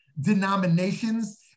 denominations